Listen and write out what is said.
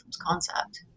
concept